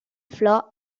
flor